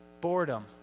Boredom